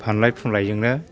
फानलाय फुनलायजोंनो